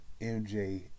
MJ